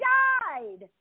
died